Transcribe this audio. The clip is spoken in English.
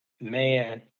man